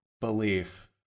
belief